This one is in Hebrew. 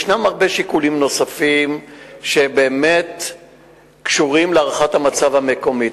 יש הרבה שיקולים נוספים שקשורים להערכת המצב המקומית.